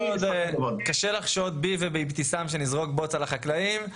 קשה לחשוד בי ובאבתיסאם שנזרוק בוץ על החקלאים,